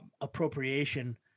appropriation